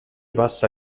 passa